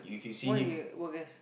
what you were guess